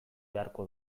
beharko